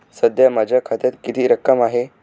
सध्या माझ्या खात्यात किती रक्कम आहे?